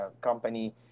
company